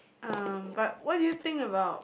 um but what do you think about